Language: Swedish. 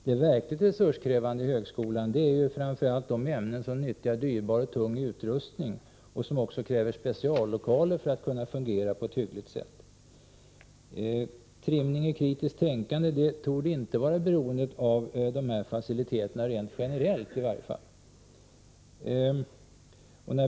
Det verkligt resurskrävande i högskolan är ju framför allt de ämnen som nyttjar dyrbar och tung utrustning och som kräver speciallokaler för att kunna fungera på ett hyggligt sätt. Trimning i kritiskt tänkande torde inte vara beroende av de här faciliteterna, i varje fall inte rent generellt.